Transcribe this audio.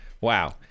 wow